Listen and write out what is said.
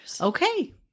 Okay